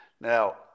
Now